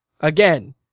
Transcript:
again